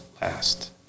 last